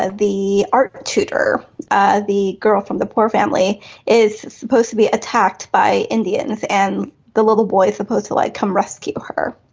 ah the art tutor ah the girl from the poor family is supposed to be attacked by indians and the little boy supposed to like come rescue her.